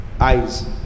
eyes